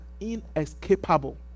inescapable